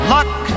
Luck